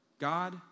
God